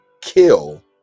kill